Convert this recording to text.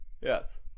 yes